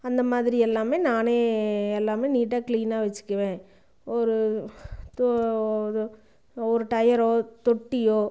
அந்த மாதிரி எல்லாமே நானே எல்லாமே நீட்டாக கிளீனாக வச்சுக்குவேன் ஒரு தொ ஒரு டையரோ தொட்டியோ